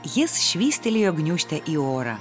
jis švystelėjo gniūžtę į orą